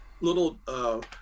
little